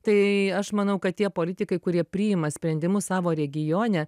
tai aš manau kad tie politikai kurie priima sprendimus savo regione